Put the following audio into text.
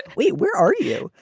wait, where are you?